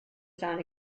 sound